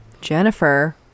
Jennifer